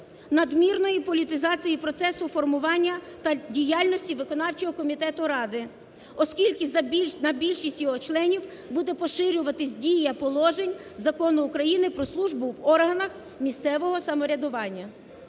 надмірної політизації процесу формування та діяльності виконавчого комітету ради. Оскільки на більшість його членів буде поширюватися дія положень Закону України "Про службу в органах місцевого самоврядування",